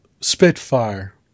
Spitfire